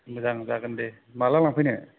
मोजां जागोन दे माला लांफैनो